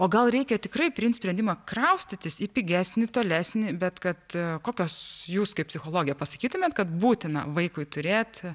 o gal reikia tikrai priimt sprendimą kraustytis į pigesnį tolesnį bet kad kokios jūs kaip psichologė pasakytumėt kad būtina vaikui turėti